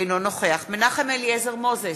אינו נוכח מנחם אליעזר מוזס,